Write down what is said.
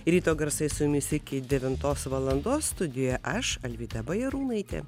ryto garsai su jumis iki devintos valandos studijoje aš alvyda bajarūnaitė